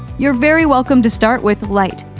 you're very welcome to start with lite.